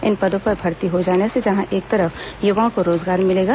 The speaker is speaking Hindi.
इन पदों पर भर्ती हो जाने से जहां एक तरफ युवाओं को रोजगार मिलेगा